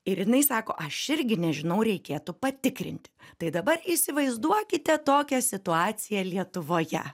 ir jinai sako aš irgi nežinau reikėtų patikrinti tai dabar įsivaizduokite tokią situaciją lietuvoje